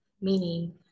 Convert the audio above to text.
meaning